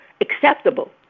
acceptable